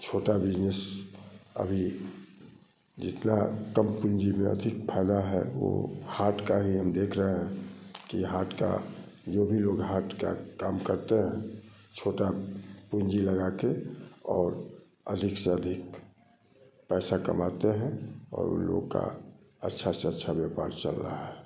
छोटा बिजनेस अभी जितना कम पूँजी में अधिक फायदा है वो हाट का ही हम देख रहे हैं कि हाट का जो भी लोग हाट का काम करते हैं छोटा पूँजी लगा के और अधिक से अधिक पैसा कमाते हैं और उन लोग का अच्छे से अच्छा व्यापार चल रहा है